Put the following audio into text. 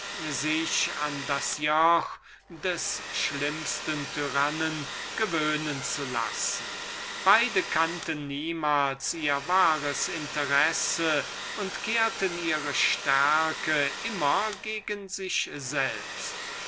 sich an das joch des schlimmsten tyrannen gewöhnen zu lassen beide kannten niemals ihr wahres interesse und kehrten ihre stärke immer gegen sich selbst